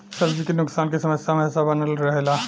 सब्जी के नुकसान के समस्या हमेशा बनल रहेला